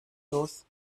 los